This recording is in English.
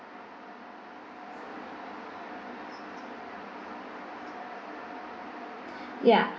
ya